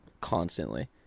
constantly